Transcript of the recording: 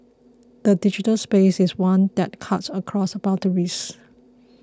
the digital space is one that cuts across boundaries